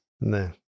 No